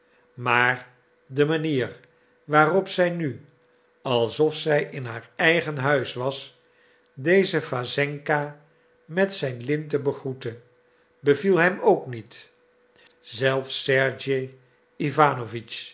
maar de manier waarop zij nu alsof zij in haar eigen huis was dezen wassenka met zijn linten begroette beviel hem ook niet zelfs sergej